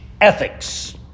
ethics